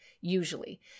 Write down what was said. usually